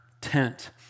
tent